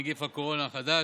נגיף הקורונה החדש)